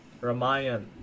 Ramayan